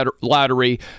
lottery